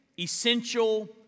Essential